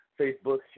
Facebook